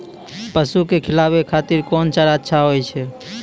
पसु के खिलाबै खातिर कोन चारा अच्छा होय छै?